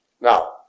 Now